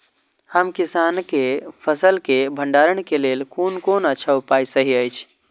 हम किसानके फसल के भंडारण के लेल कोन कोन अच्छा उपाय सहि अछि?